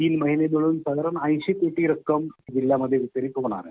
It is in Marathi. तीन महिने मिळून ऐंशी कोटी रक्कम जिल्ह्यामध्ये वितरीत होणार आहे